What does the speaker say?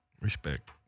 Respect